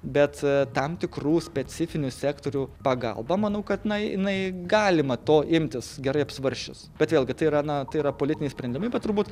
bet tam tikrų specifinių sektorių pagalba manau kad na jinai galima to imtis gerai apsvarsčius bet vėlgi tai yra na tai yra politiniai sprendimai bet turbūt